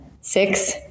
six